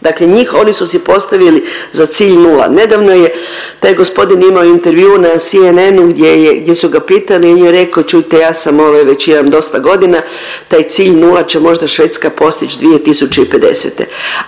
Dakle, njih oni su postavili za cilj nula. Nedavno je taj gospodin imao intervju na CNN-u gdje je, gdje su ga pitali i on je rekao čujte ja sam ovaj već imam dosta godina taj cilj nula će možda Švedska postići 2050.,